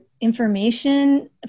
information